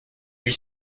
huit